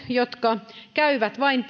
jotka käyvät vain